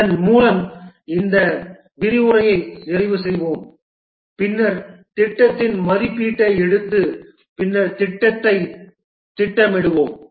இதன் மூலம் இந்த விரிவுரையை நிறைவு செய்வோம் பின்னர் திட்டத்தின் மதிப்பீட்டை எடுத்து பின்னர் திட்டத்தை திட்டமிடுவோம்